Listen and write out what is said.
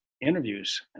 interviews